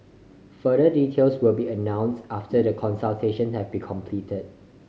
further details will be announced after the consultation have been completed